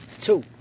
Two